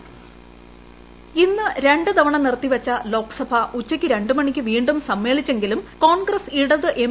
voice ഇന്ന് രണ്ട് തവണ നിർത്തിവച്ചു ലോക്സഭ ഉച്ചയ്ക്ക് രണ്ട് മണിക്ക് വീണ്ടും സമ്മേളിച്ചെങ്കിലും കോൺഗ്രസ് ഇടത് എം